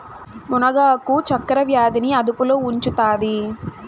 మునగ ఆకు చక్కర వ్యాధి ని అదుపులో ఉంచుతాది